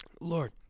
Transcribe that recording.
lord